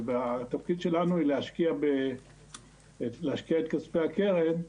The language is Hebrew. והתפקיד שלנו הוא להשקיע בכספי הקרן,